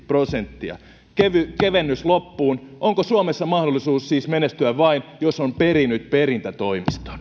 prosenttia kevennys kevennys loppuun onko suomessa mahdollisuus siis menestyä vain jos on perinyt perintätoimiston